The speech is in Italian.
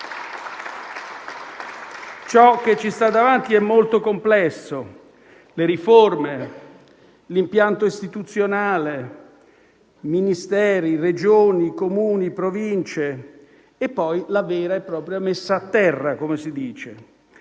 Ciò che ci sta davanti è molto complesso: le riforme, l'impianto istituzionale, Ministeri, Regioni, Comuni, Province, e poi la vera e propria messa a terra, come si dice.